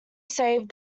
saved